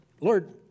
Lord